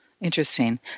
Interesting